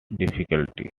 difficulty